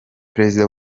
perezida